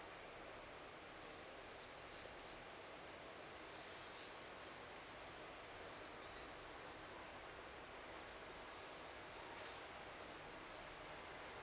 uh